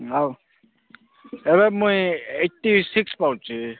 ହଉ ଏବେ ମୁଇଁ ଏଇଟି ସିକ୍ସ ପାଉଛି